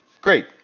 Great